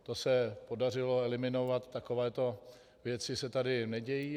To se podařilo eliminovat, takovéto věci se tady nedějí.